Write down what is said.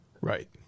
Right